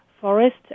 forest